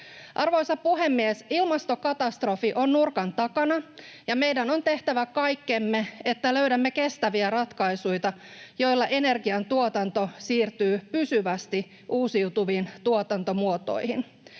Arvoisa puhemies! Ilmastokatastrofi on nurkan takana, ja meidän on tehtävä kaikkemme, että löydämme kestäviä ratkaisuita, joilla energian tuotanto siirtyy pysyvästi uusiutuviin tuotantomuotoihin.